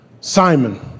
Simon